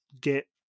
get